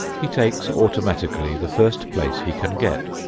he takes automatically the first place he can get,